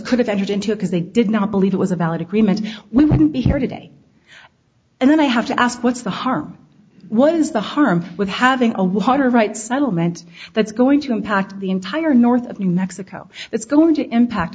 have entered into because they did not believe it was a valid agreement we wouldn't be here today and i have to ask what's the harm what is the harm with having a one hundred right settlement that's going to impact the entire north of new mexico it's going to impact